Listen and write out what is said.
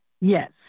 Yes